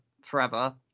forever